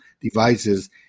devices